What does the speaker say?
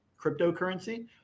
cryptocurrency